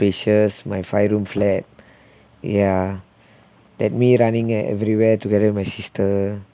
spacious my five room flat ya that me running at everywhere together with my sister